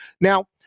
Now